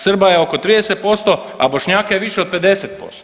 Srba je oko 30%, a Bošnjaka je više od 50%